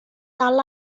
dal